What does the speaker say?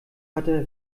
hatte